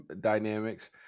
dynamics